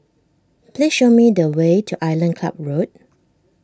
please show me the way to Island Club Road